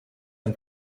ein